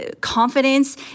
confidence